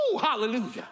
Hallelujah